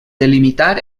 delimitar